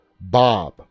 Bob